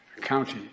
county